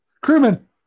Crewman